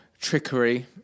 trickery